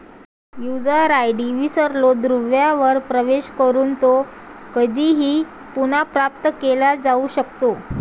user ID विसरलो दुव्यावर प्रवेश करून तो कधीही पुनर्प्राप्त केला जाऊ शकतो